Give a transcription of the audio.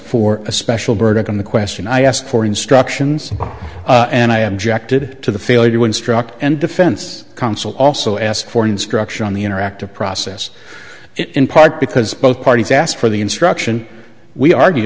for a special burden on the question i asked for instructions and i objected to the failure when struck and defense counsel also asked for an instruction on the interactive process in part because both parties asked for the instruction we argue